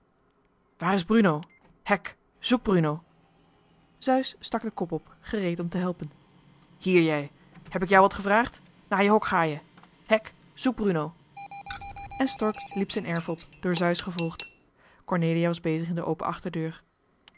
waar is bruno hec zoek bruno zeus stak den kop op gereed om te helpen hier jij heb ik jou wat gevraagd naar je hok ga je hec zoek bruno en stork liep zijn erf op door zeus gevolgd cornelia was bezig in de open achterdeur